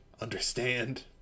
Understand